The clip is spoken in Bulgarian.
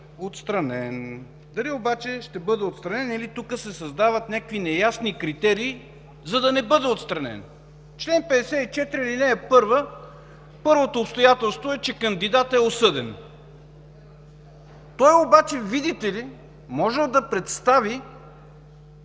отстранен. Дали обаче ще бъде отстранен, или тук се създават някакви неясни критерии, за да не бъде отстранен? В чл. 54, ал. 1 първото обстоятелство е, че кандидатът е осъден. Той обаче, видите ли, можел да представи